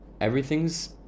Everything's